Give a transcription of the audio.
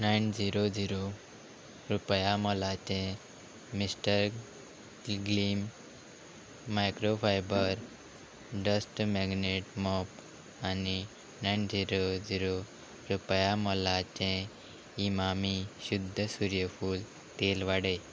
nine zero zero रुपया मोलाचें Mister Gleam microfibre dust magnet mop आनी नायन झिरो झिरो रुपया मोलाचे इमामी शुध्द सूर्यफूल तेल वाडय